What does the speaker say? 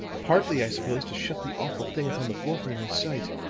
partly, i suppose, to shut the awful thing upon the floor from my sight